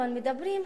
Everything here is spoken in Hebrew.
אבל מדברים,